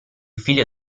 figlio